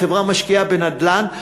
החברה משקיעה בנדל"ן,